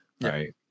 Right